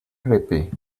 creepy